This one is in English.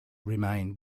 remain